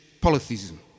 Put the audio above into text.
polytheism